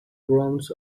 grounds